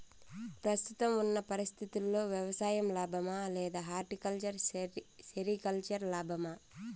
ప్రస్తుతం ఉన్న పరిస్థితుల్లో వ్యవసాయం లాభమా? లేదా హార్టికల్చర్, సెరికల్చర్ లాభమా?